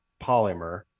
polymer